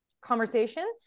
conversation